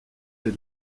des